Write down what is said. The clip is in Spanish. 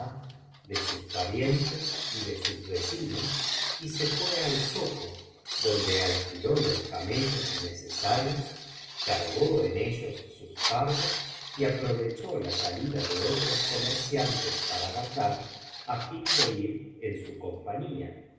olorosq biblioteca valenciana generalitat valenciana historia de ghanem y fetnah fué al zoco donde alquiló los camellos necesarios cargó en ellos sus fardos y aprovechó la salida de otros comerciantes para bagdad á fin de ir en su compañía